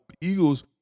eagles